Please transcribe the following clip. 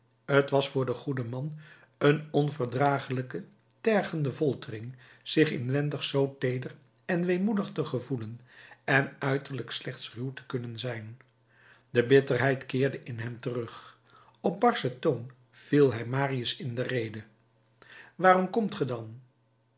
t was voor den goeden man een onverdragelijke tergende foltering zich inwendig zoo teeder en weemoedig te gevoelen en uiterlijk slechts ruw te kunnen zijn de bitterheid keerde in hem terug op barschen toon viel hij marius in de rede waarom komt ge dan